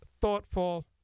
thoughtful